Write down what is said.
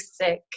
sick